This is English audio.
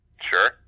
Sure